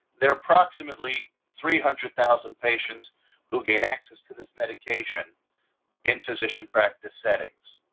there are approximately three hundred thousand patients who gain access to this medication in physician practice settings.